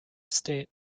state